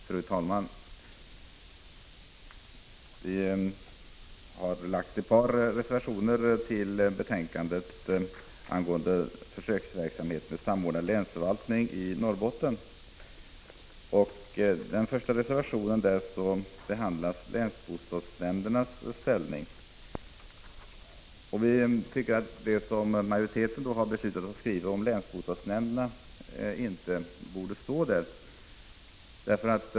Fru talman! Centerledamöterna i utskottet har avgivit ett par reservationer 70 till betänkandet angående försöksverksamhet med samordnad länsförvaltning i Norrbotten. I den första reservationen behandlas länsbostadsnämndernas ställning. Vi Prot. 1985/86:49 tycker att det som majoriteten har beslutat att skriva om länsbostadsnämn = 11 december 1985 derna inte borde stå i betänkandet.